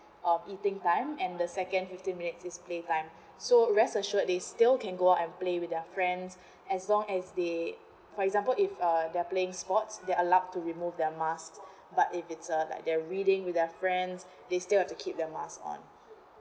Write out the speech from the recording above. uh eating time and the second fifteen minutes is play time so rest assured they still can go out and play with their friends as long as they for example if uh they're playing sports they're allowed to remove their mask but if it's uh like the reading with their friends they still have to keep their mask on